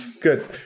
Good